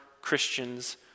Christians